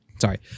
Sorry